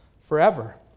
forever